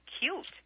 cute